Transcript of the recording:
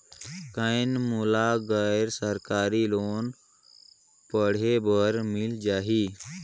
कौन मोला गैर सरकारी लोन पढ़े बर मिल जाहि?